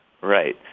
Right